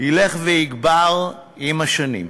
ילך ויגבר עם השנים,